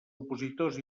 opositors